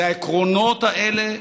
זה העקרונות האלה,